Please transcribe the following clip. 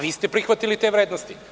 Vi ste prihvatili te vrednosti.